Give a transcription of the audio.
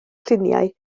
lluniau